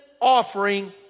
offering